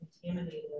contaminated